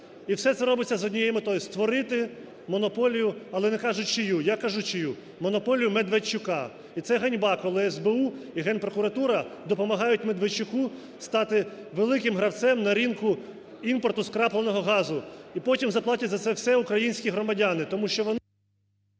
але не кажуть чию. Я кажу чию: монополію Медведчука. І це ганьба, коли СБУ і Генпрокуратура допомагають Медведчуку стати великим гравцем на ринку імпорту скрапленого газу, і потім заплатять за це все українські громадяни,